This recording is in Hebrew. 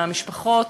למשפחות,